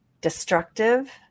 destructive